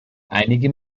einige